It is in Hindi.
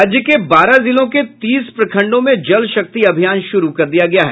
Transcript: राज्य के बारह जिलों के तीस प्रखंडों में जल शक्ति अभियान शुरू कर दिया गया है